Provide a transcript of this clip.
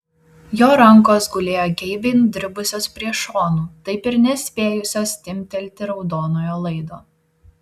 jo rankos gulėjo geibiai nudribusios prie šonų taip ir nespėjusios timptelti raudonojo laido